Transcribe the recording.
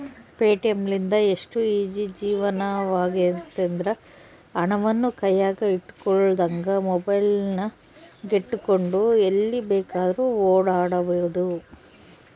Paytm ಲಿಂದ ಎಷ್ಟು easy ಜೀವನವಾಗೆತೆಂದ್ರ, ಹಣವನ್ನು ಕೈಯಗ ಇಟ್ಟುಕೊಳ್ಳದಂಗ ಮೊಬೈಲಿನಗೆಟ್ಟುಕೊಂಡು ಎಲ್ಲಿ ಬೇಕಾದ್ರೂ ಓಡಾಡಬೊದು